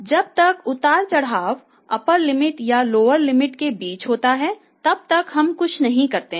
जब तक उतार चढ़ाव अप्पर लिमिट और लोअर लिमिट के बीच होता है तब तक हम कुछ नहीं करते हैं